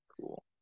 Cool